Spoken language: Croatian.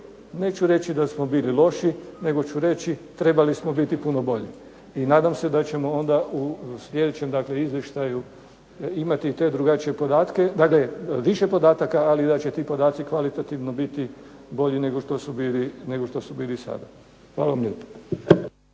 neću reći da smo bili loši nego ću reći trebali smo biti puno bolji. I nadam se da ćemo onda u sljedećem izvještaju imati te drugačije podatke, dakle više podataka ali da će ti podaci kvalitativno biti bolji nego što su bili sada. Hvala vam lijepa.